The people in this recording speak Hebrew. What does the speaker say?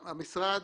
המשרד